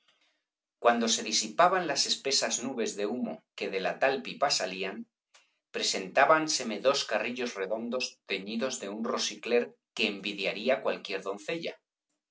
cuando se disipaban las espesas nubes de humo que de la tal pipa salían presentábanseme dos carrillos redondos teñidos de un rosicler que envidiaría cualquier doncella